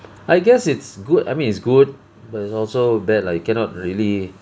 I guess it's good I mean it's good but it's also bad lah you cannot really